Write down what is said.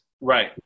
Right